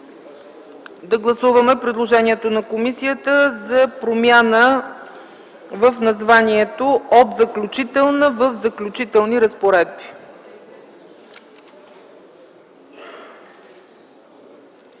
да гласуваме предложението на комисията за промяна в названието от „Заключителна разпоредба” в „Заключителни разпоредби”.